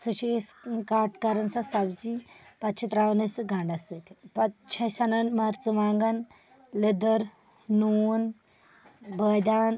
سُہ چھِ اَسہِ کَٹ کَران سۄ سَبزی پَتہٕ چھےٚ تراون أسۍ سۄ گنٛڈَس سۭتۍ پَتہٕ چھِ أسۍ اَنان مَرژٕواگَن لیٚدٕر نون بٲدیان